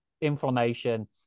inflammation